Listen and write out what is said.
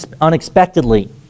unexpectedly